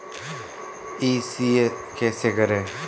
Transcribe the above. ECS कैसे करें?